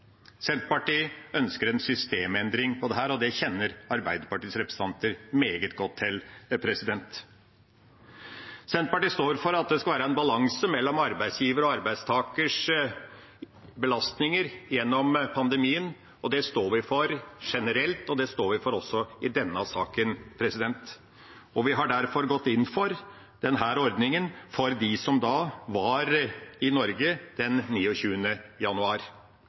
Senterpartiet ønsker en systemendring på dette, og det kjenner Arbeiderpartiets representanter meget godt til. Senterpartiet står for at det skal være en balanse mellom arbeidsgivers og arbeidstakers belastninger gjennom pandemien. Det står vi for generelt, og det står vi for også i denne saken. Vi har derfor gått inn for denne ordningen for dem som var i Norge den 29. januar.